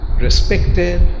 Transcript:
respected